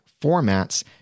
formats